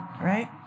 right